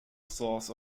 source